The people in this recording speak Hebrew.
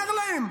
אומר להם: